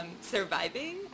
surviving